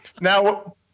Now